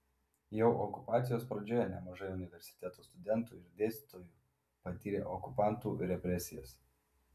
jau okupacijos pradžioje nemažai universiteto studentų ir dėstytojų patyrė okupantų represijas